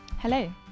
Hello